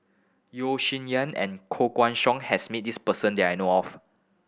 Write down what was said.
Yeo Shih Yun and Koh Guan Song has met this person that I know of